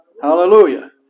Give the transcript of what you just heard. Hallelujah